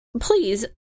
please